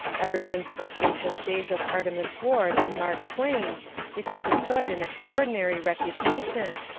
ever since the spacious days of artemus ward and mark twain it has enjoyed an extraordinary reputation,